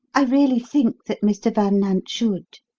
i really think that mr. van nant should.